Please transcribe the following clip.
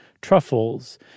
truffles